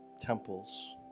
temples